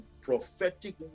prophetic